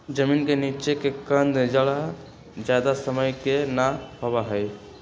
जमीन के नीचे के कंद जड़ ज्यादा समय के ना होबा हई